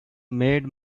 made